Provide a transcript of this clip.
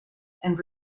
and